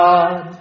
God